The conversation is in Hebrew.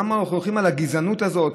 למה אנחנו הולכים על הגזענות הזאת?